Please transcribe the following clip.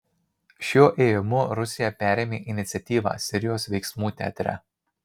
šiuo ėjimu rusija perėmė iniciatyvą sirijos veiksmų teatre